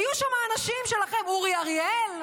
היו שם אנשים שלכם, אורי אריאל,